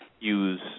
use